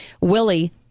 Willie